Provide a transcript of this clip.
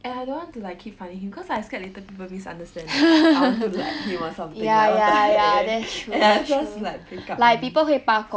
and I don't want to like keep finding him cause I scared later people misunderstand that I wanted to like him or something like what the heck and I just like break up only